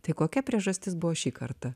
tai kokia priežastis buvo šį kartą